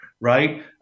right